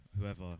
whoever